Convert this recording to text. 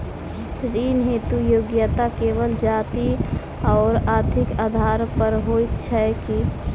ऋण हेतु योग्यता केवल जाति आओर आर्थिक आधार पर होइत छैक की?